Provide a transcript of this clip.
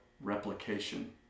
replication